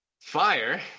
fire